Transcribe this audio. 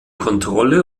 kontrolle